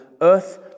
earth